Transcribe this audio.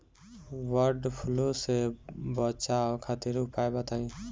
वड फ्लू से बचाव खातिर उपाय बताई?